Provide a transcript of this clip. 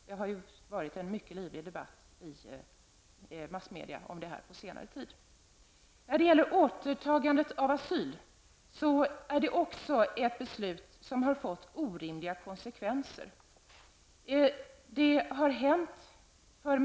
Det har ju varit en mycket livlig debatt i massmedia om det här på senare tid. När det gäller återtagandet av asyl är det också ett beslut som har fått orimliga konsekvenser.